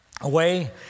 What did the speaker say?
away